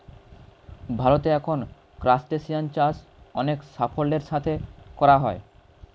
ভারতে এখন ক্রাসটেসিয়ান চাষ অনেক সাফল্যের সাথে করা হয়